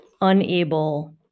unable